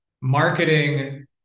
marketing